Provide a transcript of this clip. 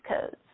codes